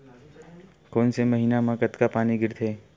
कोन से महीना म कतका पानी गिरथे?